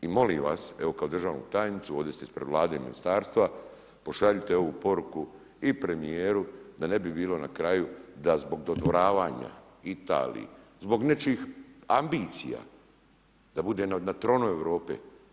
I molim vas, evo kao državnu tajnicu, ovdje ste ispred Vlade i ministarstva, pošaljite ovu poruku i premijeru da ne bi bilo na kraju da zbog dodvoravanja Italiji, zbog nečijih ambicija da bude na tronu Europe.